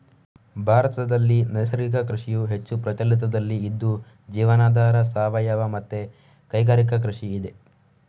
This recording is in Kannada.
ಭಾರತದಲ್ಲಿ ನೈಸರ್ಗಿಕ ಕೃಷಿಯು ಹೆಚ್ಚು ಪ್ರಚಲಿತದಲ್ಲಿ ಇದ್ದು ಜೀವನಾಧಾರ, ಸಾವಯವ ಮತ್ತೆ ಕೈಗಾರಿಕಾ ಕೃಷಿ ಇದೆ